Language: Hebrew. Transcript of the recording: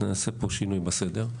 נעשה פה שינוי בסדר.